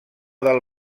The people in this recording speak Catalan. del